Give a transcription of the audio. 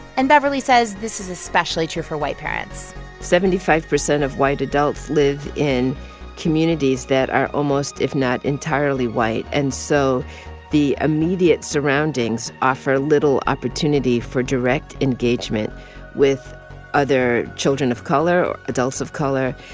and beverly says this is especially true for white parents seventy-five percent of white adults live in communities that are almost if not entirely white. and so the immediate surroundings offer little opportunity for direct engagement with other children of color, adults of color.